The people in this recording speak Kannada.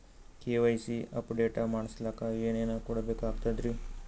ಕೆ.ವೈ.ಸಿ ಅಪಡೇಟ ಮಾಡಸ್ಲಕ ಏನೇನ ಕೊಡಬೇಕಾಗ್ತದ್ರಿ?